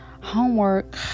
homework